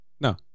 No